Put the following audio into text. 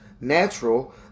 natural